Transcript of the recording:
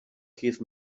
keith